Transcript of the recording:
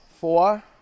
Four